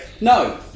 No